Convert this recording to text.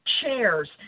chairs